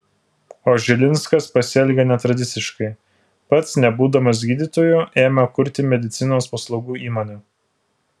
o žilinskas pasielgė netradiciškai pats nebūdamas gydytoju ėmė kurti medicinos paslaugų įmonę